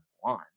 one